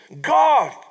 God